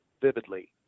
vividly